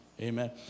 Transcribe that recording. Amen